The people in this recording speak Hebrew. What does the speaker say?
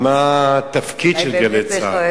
מה התפקיד של "גלי צה"ל"